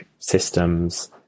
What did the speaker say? systems